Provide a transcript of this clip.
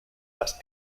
las